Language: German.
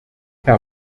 herr